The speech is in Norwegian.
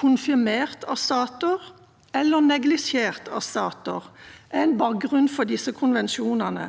konfirmert av stater eller neglisjert av stater – er en bakgrunn for disse konvensjonene,